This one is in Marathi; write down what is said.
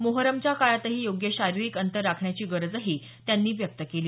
मोहरमच्या काळातही योग्य शारीरिक अंतर राखण्याची गरज त्यांनी व्यक्त केली